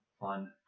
Fun